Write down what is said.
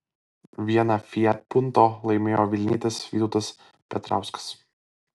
vieną fiat punto laimėjo vilnietis vytautas petrauskas